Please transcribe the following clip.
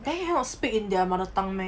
then cannot speak in their mother tongue meh